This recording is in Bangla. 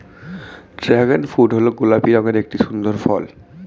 ড্র্যাগন ফ্রুট হল গোলাপি রঙের একটি সুন্দর ফল